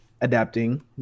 adapting